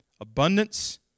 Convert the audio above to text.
abundance